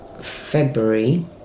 february